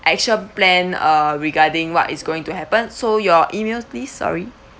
action plan uh regarding what is going to happen so your email please sorry